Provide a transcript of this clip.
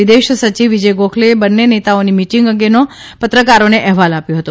વિદેશ સચિવ વિજય ગોખલેએ બંને નેતાઓની મિટીંગ અંગેનો પત્રકારોને હેવાલ આપ્યો હતો